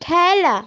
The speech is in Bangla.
খেলা